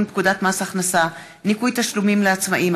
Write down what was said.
פקודת מס הכנסה (ניכוי תשלומים לעצמאים),